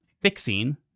fixing